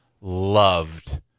loved